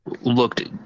looked